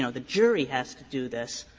so the jury has to do this,